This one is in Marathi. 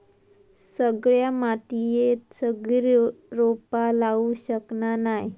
सगळ्या मातीयेत सगळी रोपा लावू शकना नाय